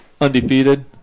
undefeated